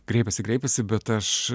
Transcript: kreipiasi kreipiasi bet aš